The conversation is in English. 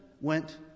went